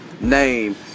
name